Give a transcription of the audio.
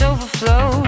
Overflow